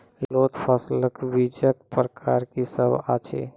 लोत फसलक बीजक प्रकार की सब अछि?